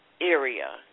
area